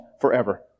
forever